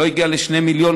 לא הגיע ל-2 מיליון